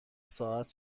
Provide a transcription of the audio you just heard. ساعت